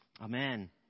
Amen